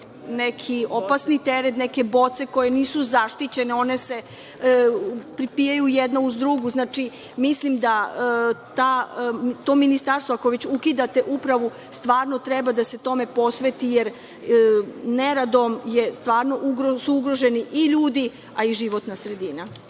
neki opasni teret, neke boce koje nisu zaštićene, one se pripijaju jedna uz drugu. Znači, mislim da Ministarstvo, ako već ukidate upravu, stvarno treba da se tome posveti jer nerado su stvarno ugroženi i ljudi, a i životna sredina.